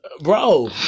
Bro